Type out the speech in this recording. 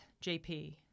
JP